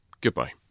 Goodbye